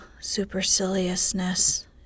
superciliousness